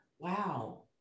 wow